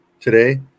today